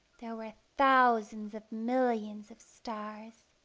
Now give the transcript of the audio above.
there were thousands of millions of stars.